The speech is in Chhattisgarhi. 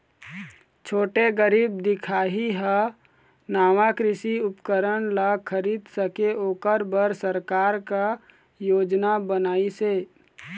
छोटे गरीब दिखाही हा नावा कृषि उपकरण ला खरीद सके ओकर बर सरकार का योजना बनाइसे?